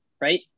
right